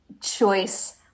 choice